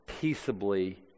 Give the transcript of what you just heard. peaceably